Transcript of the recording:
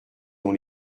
dont